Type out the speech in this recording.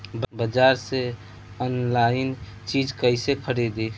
बाजार से आनलाइन चीज कैसे खरीदी?